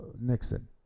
Nixon